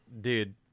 Dude